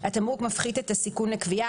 "התמרוק מפחית סיכון לכוויה,